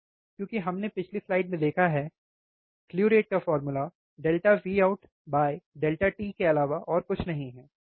क्योंकि हमने पिछली स्लाइड में देखा है स्लु रेट का फॉर्मूला Voutt के अलावा और कुछ नहीं है है ना